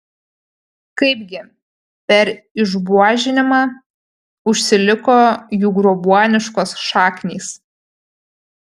kaipgi per išbuožinimą užsiliko jų grobuoniškos šaknys